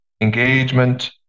engagement